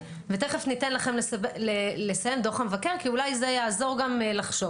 ותכף ניתן לכם לסיים את דוח המבקר כי אולי זה יעזור גם לחשוב.